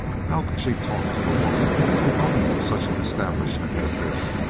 how could she talk to the woman who owned such an establishment as this?